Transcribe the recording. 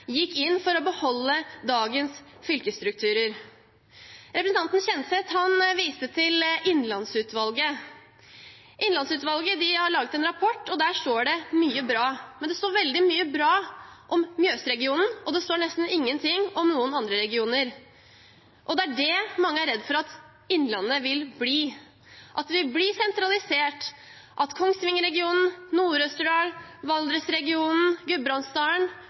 gikk inn for å beholde dagens fylkesstrukturer? Representanten Kjenseth viste til Innlandsutvalget. Innlandsutvalget har laget en rapport, og der står det mye bra, men det står veldig mye bra om Mjøsregionen, og det står nesten ingenting om noen andre regioner. Og det er det mange er redd for når det gjelder Innlandet – at vi blir sentralisert, at Kongsvingerregionen, Nord-Østerdal, Valdresregionen og Gudbrandsdalen